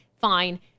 Fine